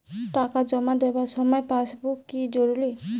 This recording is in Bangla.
টাকা জমা দেবার সময় পাসবুক কি জরুরি?